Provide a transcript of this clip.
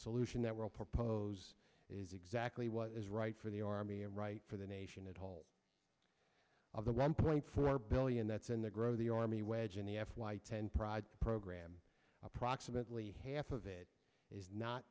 solution that will propose is exactly what is right for the army and right for the nation at all of the one point four billion that's in the grow the army wedge in the f y ten pride program approximately half of it is not